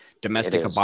domestic